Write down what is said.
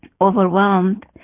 overwhelmed